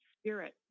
Spirit